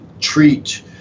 treat